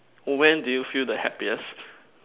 when do you feel the happiest